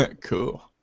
cool